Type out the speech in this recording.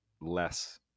less